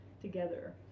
together